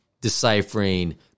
deciphering